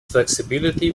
flexibility